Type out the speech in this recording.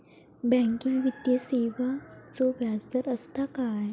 Banking वित्तीय सेवाचो व्याजदर असता काय?